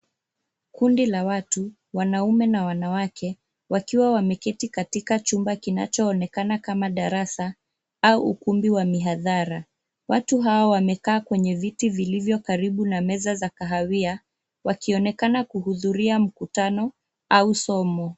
Kundi la watu wanaume na wanawake wakiwa wameketi katika chumba kinachoonekana kama darasa au ukumbi wa mihadhara. Watu hao wameekaa kwenye viti vilivyo karibu na meza za kahawia wakionekana kuhudhuria mkutano au somo.